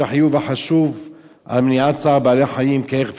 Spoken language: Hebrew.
החיוב החשוב של מניעת צער בעלי-חיים כערך בסיסי,